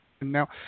Now